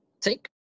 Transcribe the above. take